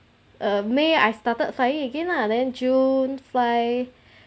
err may I started flying again lah then jun fly